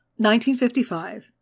1955